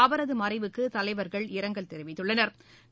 அவர துமறைவுக்குதலைவா்கள் இரங்கல் தெரிவித்துள்ளனா்